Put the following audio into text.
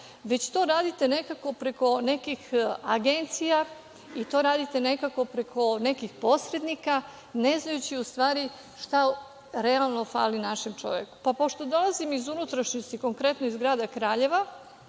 već to radite nekako preko nekih agencija i to radite nekako preko nekih posrednika, ne znajući u stvari šta realno fali našem čoveku. Pošto dolazim iz unutrašnjosti, konkretno iz grada Kraljeva,